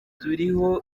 turiho